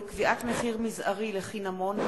הקדמת גיל הפרישה לעובדי הוראה),